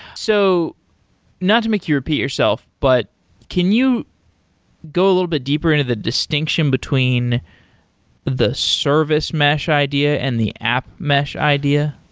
so not to make you repeat yourself, but can you go a little bit deeper into the distinction between the service mesh idea and the app mesh idea?